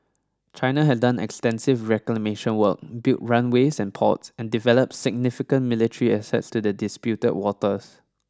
China has done extensive reclamation work built runways and ports and developed significant military assets to the disputed waters